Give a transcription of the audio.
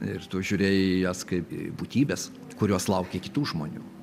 ir tu žiūrėjai į jas kaip į būtybes kurios laukia kitų žmonių